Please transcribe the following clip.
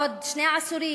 עוד שני עשורים,